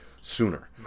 sooner